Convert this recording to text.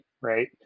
right